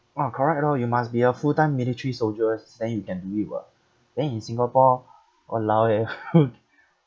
ah correct lor you must be a full time military soldiers then you can do it [what] then in singapore !walao! eh